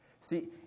See